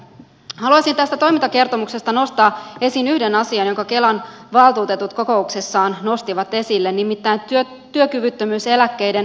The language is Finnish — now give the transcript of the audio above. haluaisin tästä toimintakertomuksesta nostaa esiin yhden asian jonka kelan valtuutetut kokouksessaan nostivat esille nimittäin työkyvyttömyyseläkkeiden ratkaisutoiminnan